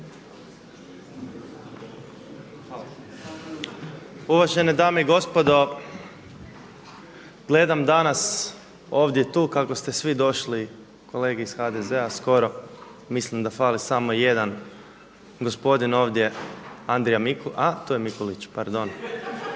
Uvažene dame i gospodo. Gledam danas ovdje tu kako ste svi došli kolege iz HDZ-a skoro, mislim da fali samo jedan gospodin ovdje Andrija Mikulić, a tu je Mikulić, pardon,